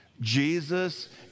Jesus